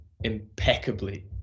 impeccably